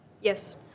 Yes